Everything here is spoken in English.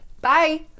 Bye